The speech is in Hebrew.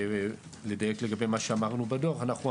אני רק רוצה לדייק לגבי מה שאמרנו בדוח על הפיגומים.